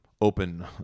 Open